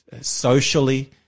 socially